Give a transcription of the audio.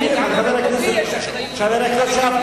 הרי גם במקורית יש אחריות להצביע בעד.